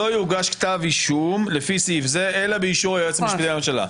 שלא יוגש כתב אישום לפי סעיף זה אלא באישור היועץ המשפטי לממשלה.